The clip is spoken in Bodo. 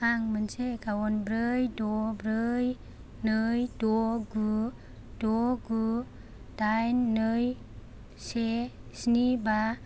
आं मोनसे एकाउन्ट ब्रै द' ब्रै नै द' गु द' गु दाइन नै से स्नि बा